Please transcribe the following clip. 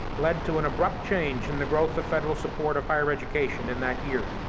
led to an abrupt change in the growth of federal support of higher education in that year,